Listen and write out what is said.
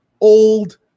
old